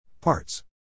Parts